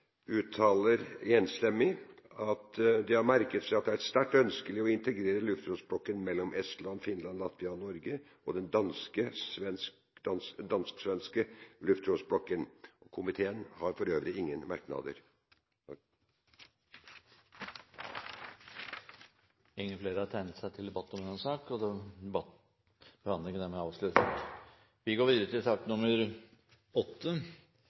uttaler enstemmig at de har merket seg at det er sterkt ønskelig å integrere luftromsblokken mellom Estland, Finland, Latvia og Norge og den dansk/svenske luftromsblokken. Komiteen har for øvrig ingen merknader. Flere har ikke bedt om ordet til